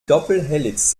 doppelhelix